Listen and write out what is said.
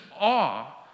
awe